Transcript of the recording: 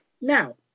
now